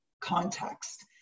context